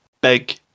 big